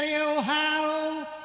Ohio